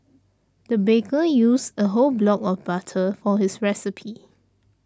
the baker used a whole block of butter for this recipe